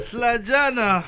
Slajana